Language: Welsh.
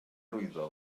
arwyddo